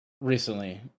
recently